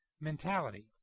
mentality